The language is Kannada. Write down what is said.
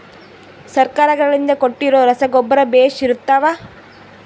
ಸರ್ಕಾರಗಳಿಂದ ಕೊಟ್ಟಿರೊ ರಸಗೊಬ್ಬರ ಬೇಷ್ ಇರುತ್ತವಾ?